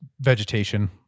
vegetation